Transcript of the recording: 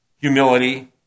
humility